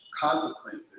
consequences